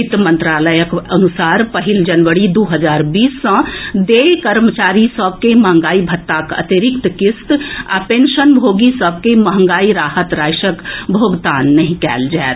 वित्त मंत्रालयक अनुसार पहिल जनवरी दू हजार बीस सँ देय कर्मचारी सभ के मंहगाई भत्ताक अतिरिक्त किस्त आ पेंशनभोगी सभ के मंहगाई राहत राशिक भोगतान नहि कएल जाएत